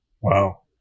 Wow